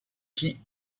qui